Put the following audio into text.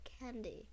candy